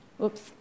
Oops